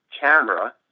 camera